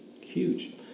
Huge